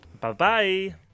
Bye-bye